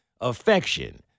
affection